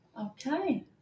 Okay